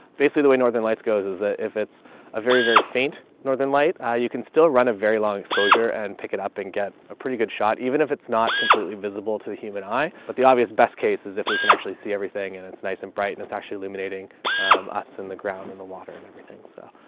basically the way northern lights goes is that if it's a very, very faint northern light, ah, you can still run a very long exposure and pick it up and get a pretty good shot, even if it's not completely visible to the human eye. but the obvious best cases, if we can actually see everything and it's nice and bright and it's actually eliminating us in the ground in the water and everything. so,